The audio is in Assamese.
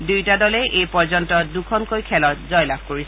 দুয়োটা দলে এইপৰ্যন্ত দুখনকৈ খেলত জয়লাভ কৰিছে